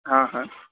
हाँ हाँ